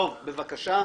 דב, בבקשה.